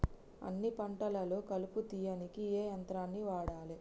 అన్ని పంటలలో కలుపు తీయనీకి ఏ యంత్రాన్ని వాడాలే?